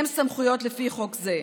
שיש להם סמכויות לפי חוק זה.